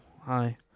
Hi